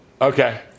Okay